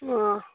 ꯑꯥ